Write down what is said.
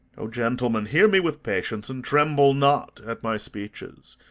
o gentlemen, hear me with patience, and tremble not at my speeches!